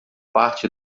parte